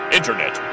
Internet